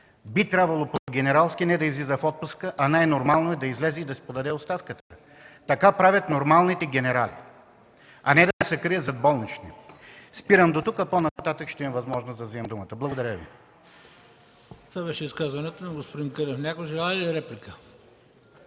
би трябвало по генералски не да излиза в отпуск, а най нормално е да излезе и да си подаде оставката. Така правят нормалните генерали, а не да се крият зад болнични. Спирам дотук, по-нататък ще имам възможност да взимам думата. Благодаря Ви.